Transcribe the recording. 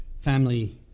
Family